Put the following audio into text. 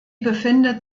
befindet